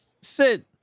Sit